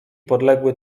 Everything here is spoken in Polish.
podległy